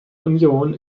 union